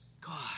God